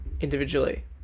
individually